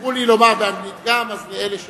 אמרו לי לומר גם באנגלית, אז לאלה שמתקשים.